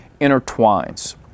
intertwines